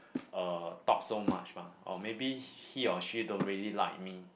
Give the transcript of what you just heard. uh talk so much mah or maybe he or she don't really like me